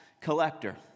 collector